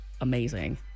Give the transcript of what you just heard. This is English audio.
amazing